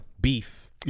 beef